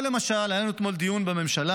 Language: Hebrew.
או למשל, היה לנו אתמול דיון בממשלה: